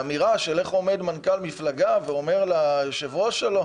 האמירה על איך עומד מנכ"ל מפלגה ואומר ליושב-ראש שלו